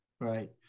right